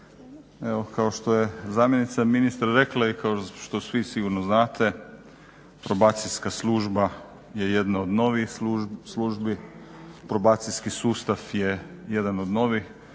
Evo, kao što je zamjenica ministra rekla i kao što svi sigurno znate, Probacijska služba je jedna od novijih službi, probacijski sustav je jedan od novih